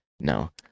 no